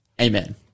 Amen